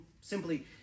simply